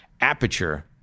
Aperture